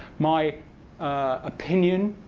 my opinion,